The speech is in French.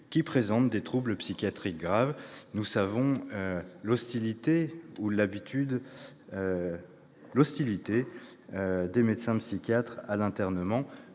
qui présentent des troubles psychiatriques graves- nous savons l'hostilité des médecins psychiatres à l'internement,